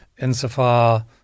insofar